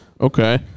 Okay